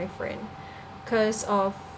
friend cause of